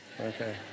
Okay